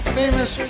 famous